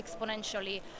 exponentially